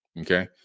Okay